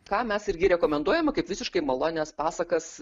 ką mes irgi rekomenduojame kaip visiškai malonias pasakas